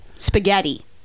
spaghetti